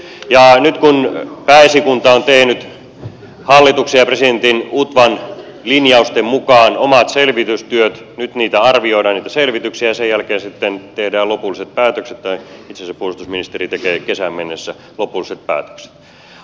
nyt kun pääesikunta on tehnyt hallituksen ja presidentin ja utvan linjausten mukaan omat selvitystyöt nyt arvioidaan niitä selvityksiä ja sen jälkeen sitten tehdään lopulliset päätökset tai itse asiassa puolustusministeri tekee kesään mennessä lopulliset päätökset asioista